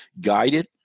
Guided